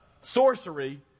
sorcery